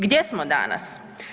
Gdje smo danas?